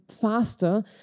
faster